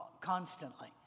constantly